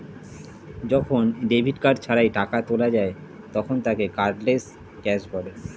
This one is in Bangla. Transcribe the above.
যখন ডেবিট কার্ড ছাড়াই টাকা তোলা যায় তখন তাকে কার্ডলেস ক্যাশ বলে